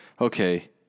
Okay